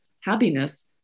happiness